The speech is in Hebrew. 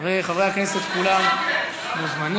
חברי הכנסת כולם מוזמנים.